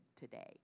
today